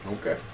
Okay